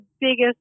biggest